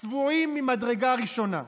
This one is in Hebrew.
צבועים ממדרגה ראשונה.